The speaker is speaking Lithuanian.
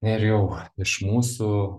nerijau iš mūsų